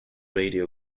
radio